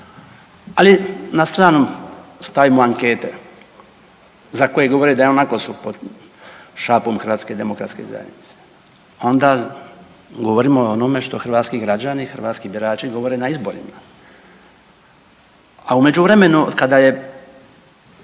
Ali, na stranu stavimo ankete za koje govore da ionako su pod šapom HDZ-a, onda govorimo o onome što hrvatski građani, hrvatski birači govore na izborima. A u međuvremenu od kada je